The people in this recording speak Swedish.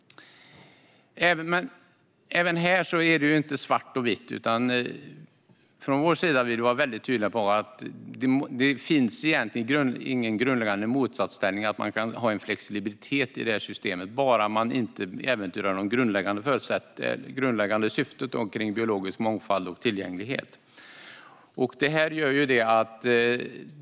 Inte heller här är det svart eller vitt, och vi vill vara tydliga med att det egentligen inte finns någon grundläggande motsatsställning. Man kan ha en flexibilitet i systemet bara man inte äventyrar det grundläggande syftet när det gäller biologisk mångfald och tillgänglighet.